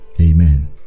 Amen